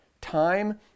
time